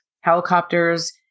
helicopters